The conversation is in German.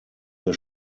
der